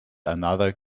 another